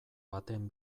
baten